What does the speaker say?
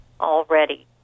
already